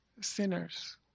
sinners